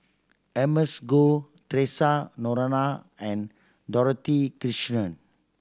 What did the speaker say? Emma's Goh Theresa Noronha and Dorothy Krishnan